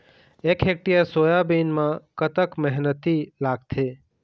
एक hectare soybean म कतक मेहनती लागथे?